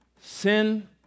sin